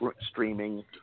streaming